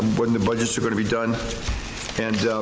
when the budgets are gonna be done and.